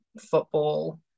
football